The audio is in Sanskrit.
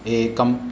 एकम्